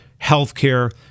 healthcare